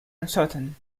uncertain